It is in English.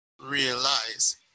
realize